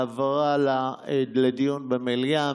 העברה לדיון במליאה,